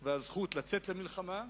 והזכות לצאת למלחמה,